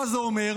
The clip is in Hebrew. מה זה אומר?